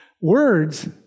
Words